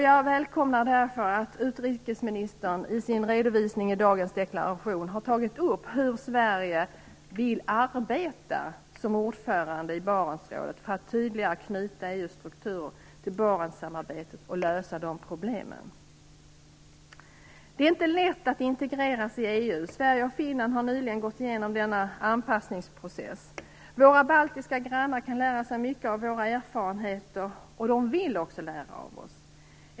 Jag välkomnar därför att utrikesministern i sin redovisning i dagens deklaration har tagit upp hur Sverige vill arbeta som ordförande i Barentsrådet för att tydligare knyta EU:s strukturer till Barentssamarbetet och lösa de problemen. Det är inte lätt att integreras i EU. Sverige och Finland har nyligen gått igenom denna anpassningsprocess. Våra baltiska grannar kan lära sig mycket av våra erfarenheter, och de vill också lära av oss.